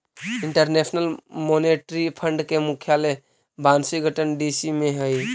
international monetary fund के मुख्यालय Washington DC में हई